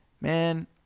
Man